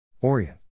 Orient